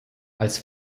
als